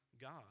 God